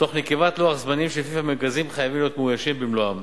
תוך נקיבת לוח זמנים שלפיו המרכזים חייבים להיות מאוישים במלואם.